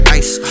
ice